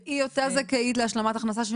והיא אותה זכאית להשלמת הכנסה,